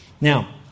now